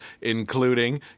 including